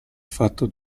fatto